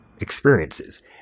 Experiences